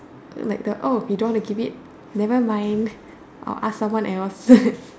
like the oh you don't want to give nevermind I'll ask someone else